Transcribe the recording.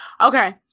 okay